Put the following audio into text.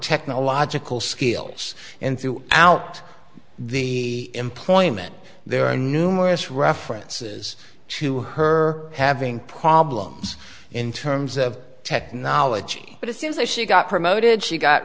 technological skills and threw out the employment there are numerous references to her having problems in terms of technology but it seems that she got promoted she got